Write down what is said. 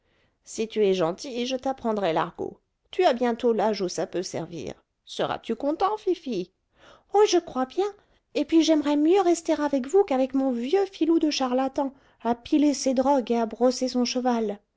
si tu es gentil je t'apprendrai l'argot tu as bientôt l'âge où ça peut servir seras-tu content fifi oh je crois bien et puis j'aimerais mieux rester avec vous qu'avec mon vieux filou de charlatan à piler ses drogues et à brosser son cheval